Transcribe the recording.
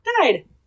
died